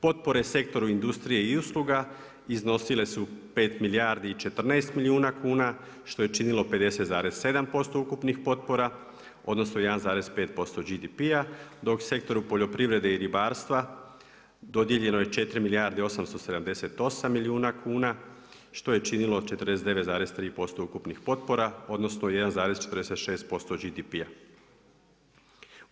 Potpore sektoru industrije i usluga iznosile su 5 milijardi i 14 milijuna kuna što je činilo 50,7% ukupnih potpora odnosno 1,5% GDP-a dok u sektoru poljoprivrede i ribarstva dodijeljeno je 4 milijarde 878 milijuna kuna što je činilo 49,3% ukupnih potpora odnosno 1,46% GDP-a.